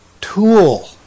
tool